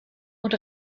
und